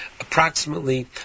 approximately